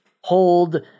hold